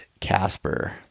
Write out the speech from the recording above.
Casper